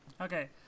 Okay